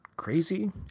Crazy